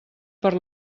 per